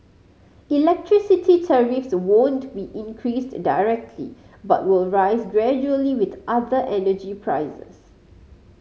electricity tariffs won't be increased directly but will rise gradually with other energy prices